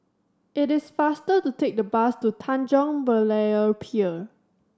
it is faster to take the bus to Tanjong Berlayer Pier